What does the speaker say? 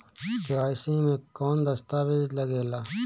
KYC मे कौन दश्तावेज लागेला?